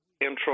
intro